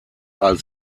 als